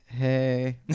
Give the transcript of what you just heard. Hey